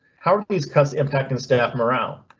how are these cuts impact in staff morale?